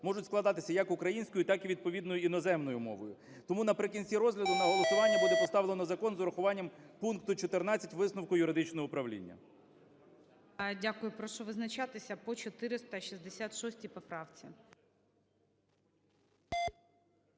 можуть складатися як українською так і, відповідно, іноземною мовою. Тому наприкінці розгляду на голосування буде поставлено закон з урахуванням пункту 14 висновку юридичного управління. ГОЛОВУЮЧИЙ. Дякую. Прошу визначатися по 466 поправці.